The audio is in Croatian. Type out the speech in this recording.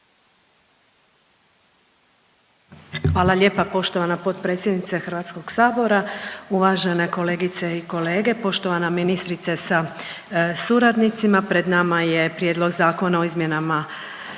Hvala lijepa poštovana potpredsjednice Hrvatskog sabora. Uvažene kolegice i kolege, poštovana ministrice sa suradnicima. Pred nama je Prijedlog zakona o izmjenama